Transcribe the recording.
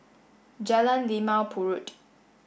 Jalan Limau Purut